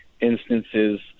instances